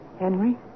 Henry